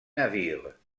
navires